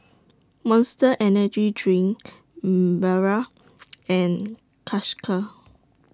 Monster Energy Drink Barrel and